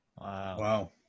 Wow